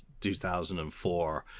2004